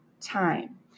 time